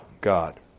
God